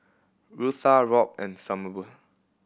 Rutha Robb and Sommer